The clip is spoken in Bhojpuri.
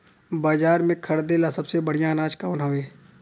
बाजार में खरदे ला सबसे बढ़ियां अनाज कवन हवे?